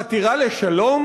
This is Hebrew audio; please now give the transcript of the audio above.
חתירה לשלום?